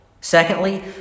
Secondly